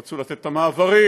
רצו לתת את המעברים,